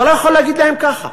אתה לא יכול להגיד להם ככה,